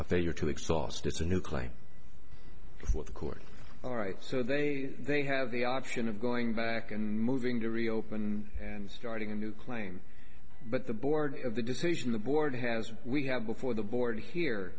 a failure to exhaust is a new claim what the court all right so they they have the option of going back and moving to reopen and starting a new claim but the board of the decision the board has we have before the board here